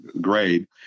grade